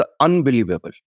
unbelievable